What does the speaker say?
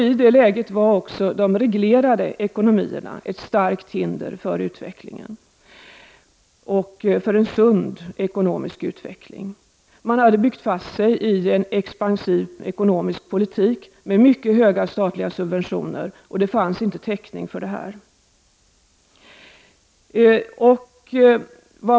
I detta läge var också de reglerade ekonomierna ett starkt hinder för en sund ekonomisk utveckling. Man hade byggt fast sig i en expansiv ekonomisk politik med mycket höga statliga subventioner och det fanns inte täckning för detta.